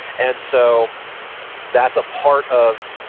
and so that's a part of,